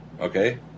okay